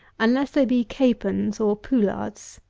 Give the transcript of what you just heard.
unless they be capons or poullards.